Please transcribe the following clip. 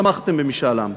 תמכתם במשאל עם,